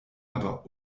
aber